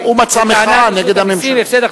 הוא מצא מחאה נגד הממשלה.